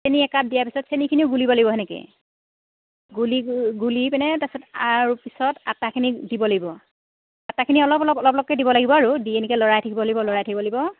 চেনি একাপ দিয়া পিছত চেনিখিনিও ঘুলিব লাগিব সেনেকৈ গুলি গুলি পিনে তাৰপিছত আৰু পিছত আটাখিনি দিব লাগিব আটাখিনি অলপ অলপ অলপ অলপকৈ দিব লাগিব আৰু দি এনেকৈ লৰাই থাকিব লাগিব লৰাই থাকিব লাগিব